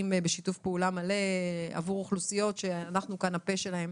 בשיתוף פעולה מלא עבור אוכלוסיות שאנחנו כאן הפה שלהן.